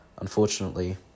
Unfortunately